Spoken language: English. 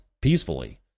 peacefully